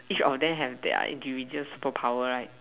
each of them have their individual super power right